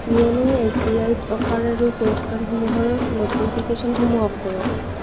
YONO S B আইত offer আৰু পুৰস্কাৰসমূহৰ ন'টিফিকেশ্যনসমূহ অফ কৰক